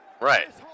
Right